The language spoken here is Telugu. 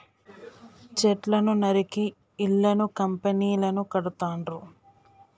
చెట్లను నరికి ఇళ్లను కంపెనీలను కడుతాండ్రు